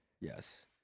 Yes